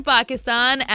Pakistan